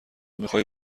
میخوای